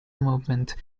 movement